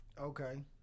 Okay